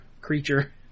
creature